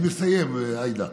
אני מסיים, עאידה.